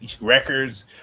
records